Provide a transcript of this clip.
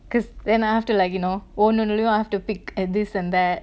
cause then have to like you know போன ஒன்லயும்:pona onlayum I have to pick at this and that